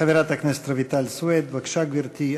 חברת הכנסת רויטל סויד, בבקשה, גברתי.